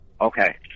okay